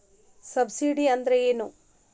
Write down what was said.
Subsidy ಅಂದ್ರೆ ಏನು?